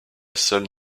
salle